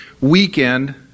weekend